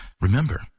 remember